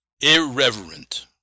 irreverent